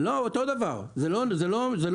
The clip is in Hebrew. אותו דבר, זה לא משתנה.